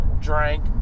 drank